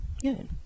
Good